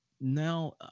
now